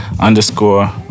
underscore